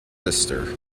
sister